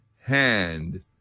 hand